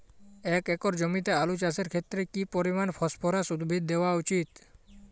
এক একর জমিতে আলু চাষের ক্ষেত্রে কি পরিমাণ ফসফরাস উদ্ভিদ দেওয়া উচিৎ?